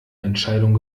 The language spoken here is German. entscheidung